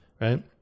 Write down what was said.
right